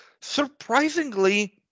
Surprisingly